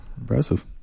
impressive